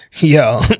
Yo